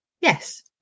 Yes